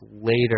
later